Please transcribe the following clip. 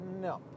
No